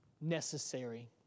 necessary